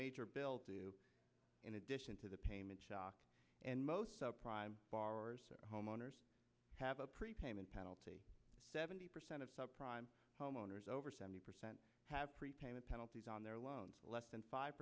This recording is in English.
major bill to do in addition to the payment shock and most sub prime borrowers homeowners have a prepayment penalty seventy percent of subprime homeowners over seventy percent have prepayment penalties on their loans less than five